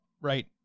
right